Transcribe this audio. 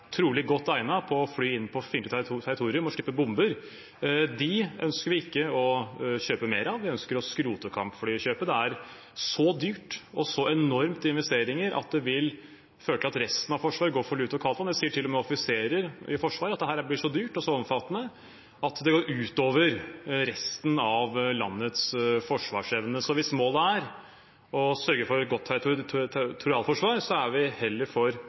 trolig er godt egnet til å fly inn over fiendtlig territorium og slippe bomber, ønsker vi ikke å kjøpe mer av. Vi ønsker å skrote kampflykjøpet. Det er så dyrt og så enormt i investeringer at det vil føre til at resten av Forsvaret går for lut og kaldt vann. Til og med offiserer i Forsvaret sier at dette blir så dyrt og så omfattende at det går ut over resten av landets forsvarsevne. Hvis målet er å sørge for et godt territorialforsvar, er vi heller for